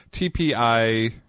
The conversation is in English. TPI